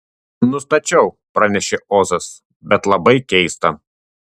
nustačiau pranešė ozas bet labai keista